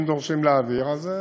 אם דורשים להעביר, אז,